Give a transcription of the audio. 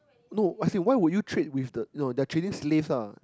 no as in why would you trade with the no they are trading slaves ah